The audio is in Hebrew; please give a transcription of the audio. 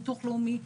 ביטוח לאומי,